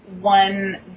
one